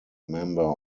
member